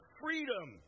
freedom